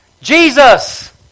Jesus